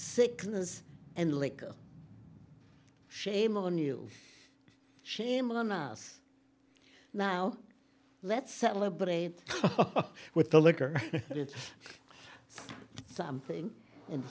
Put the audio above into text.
sickness and liquor shame on you shame on us now let's celebrate with a liquor or something and